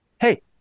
hey